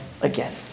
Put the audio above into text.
again